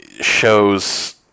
shows